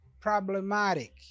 problematic